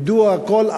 איבדו הכול,